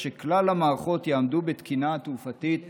שכלל המערכות יעמדו בתקינה התעופתית הבין-לאומית.